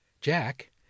Jack